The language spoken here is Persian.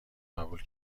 قبول